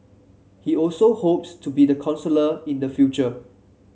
he also hopes to be the counsellor in the future